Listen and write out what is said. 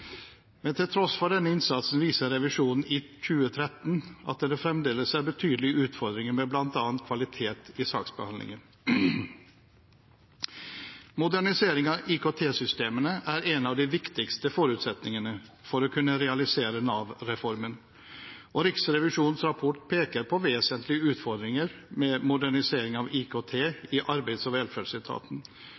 Men til tross for denne innsatsen viser revisjonen i 2013 at det fremdeles er betydelige utfordringer med bl.a. kvalitet i saksbehandlingen. Modernisering av IKT-systemene er en av de viktigste forutsetningene for å kunne realisere Nav-reformen. Riksrevisjonens rapport peker på vesentlige utfordringer med modernisering av IKT i Arbeids- og velferdsetaten,